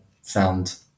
sound